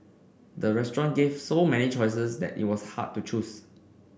the restaurant gave so many choices that it was hard to choose